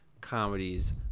comedies